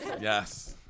Yes